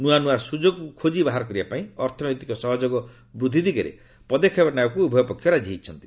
ନୂଆ ନୂଆ ସୁଯୋଗକୁ ଖୋଜି ବାହାର କରିବା ପାଇଁ ଅର୍ଥନୈତିକ ସହଯୋଗ ବୃଦ୍ଧି ଦିଗରେ ପଦକ୍ଷେପ ନେବାକୁ ଉଭୟ ପକ୍ଷ ରାଜି ହୋଇଛନ୍ତି